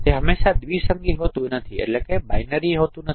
તે હંમેશા દ્વિસંગી હોતું નથી